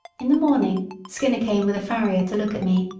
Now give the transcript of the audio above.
in the morning skinner came with a farrier to look at me.